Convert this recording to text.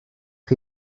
chi